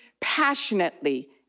passionately